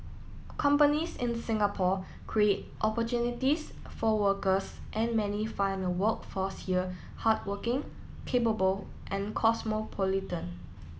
companies in Singapore create opportunities for workers and many find the workforce here hardworking capable and cosmopolitan